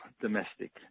domestic